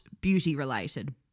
beauty-related